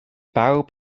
bawb